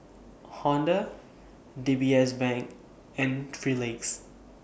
Honda D B S Bank and three Legs